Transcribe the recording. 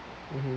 mmhmm